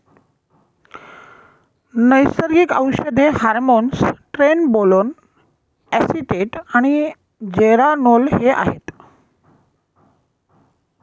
नैसर्गिक औषधे hormones trenbolone acetate आणि जेरानोल हे आहेत